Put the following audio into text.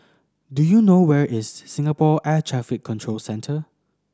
do you know where is Singapore Air Traffic Control Centre